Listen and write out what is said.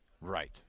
Right